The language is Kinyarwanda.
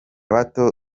bato